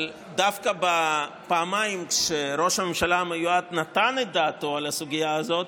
אבל דווקא בפעמיים שבהן ראש הממשלה המיועד נתן את דעתו על הסוגיה הזאת,